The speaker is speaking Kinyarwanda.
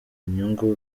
inyungu